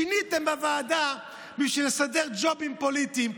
שיניתם בוועדה בשביל לסדר ג'ובים פוליטיים.